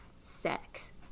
sex